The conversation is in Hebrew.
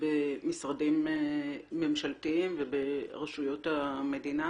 במשרדים ממשלתיים וברשויות המדינה.